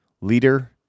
leader